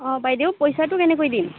অঁ বাইদেউ পইচাটো কেনেকৈ দিম